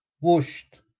whooshed